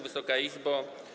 Wysoka Izbo!